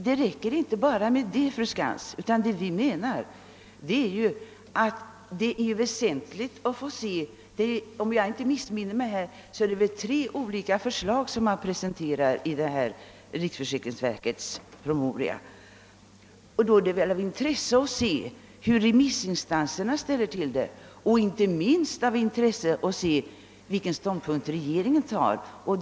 Det är emellertid inte nog med detta. Om jag inte missminner mig presenteras tre olika förslag i riksförsäkringsverkets promemoria. Då är det väl av intresse att se hur remissinstanserna ställer sig och inte minst att få vetskap om vilken ståndpunkt regeringen slutligen intar.